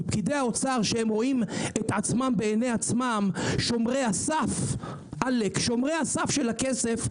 פקידי האוצר רואים את עצמם בעיני עצמם כשומרי הסף של הכסף.